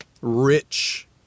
rich